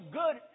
good